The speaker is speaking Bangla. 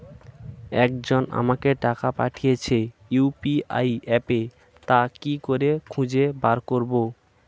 একজন আমাকে টাকা পাঠিয়েছে ইউ.পি.আই অ্যাপে তা কি করে খুঁজে বার করব?